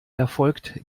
erfolgt